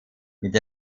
mit